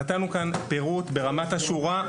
נתנו כאן פירוט ברמת השורה,